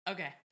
Okay